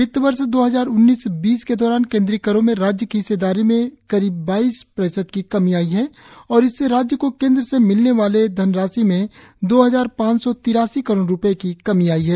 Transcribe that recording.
वित्त वर्ष दो हजार उन्नीस बीस के दौरान केंद्रीय करो में राज्य की हिस्सेदारी में करीब बाइस प्रतिशत की कमी आई है और इससे राज्य को केंद्र से मिलने वाले धनराशि में दो हजार पांच सौ तिरासी करोड़ रुपए की कमी आई है